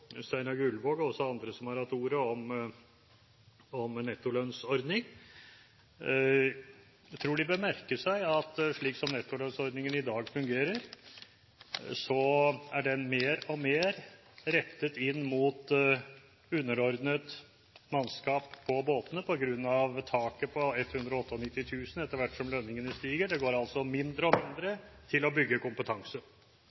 Steinar Gullvåg, og også andre som har hatt ordet om nettolønnsordning: Jeg tror de bør merke seg at slik som nettolønnsordningen i dag fungerer, er den mer og mer rettet inn mot underordnet mannskap på båtene på grunn av taket på 198 000 kr etter hvert som lønningene stiger. Det går altså mindre og